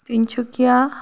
Tinsukia